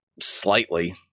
slightly